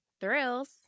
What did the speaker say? Thrills